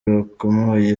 bakomeye